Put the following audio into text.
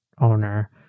owner